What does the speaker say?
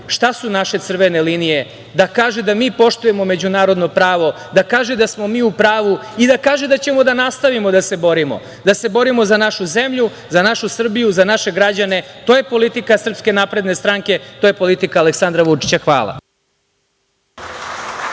šta su naše crvene linije i da kaže da mi poštujemo međunarodno pravo i da kaže da smo mi u pravu i da kaže da ćemo da nastavimo da se borimo, da se borimo za našu zemlju, za našu Srbiju, za naše građane, i to je politika SNS, to je politika Aleksandra Vučića. Hvala.